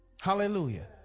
Hallelujah